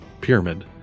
pyramid